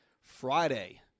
Friday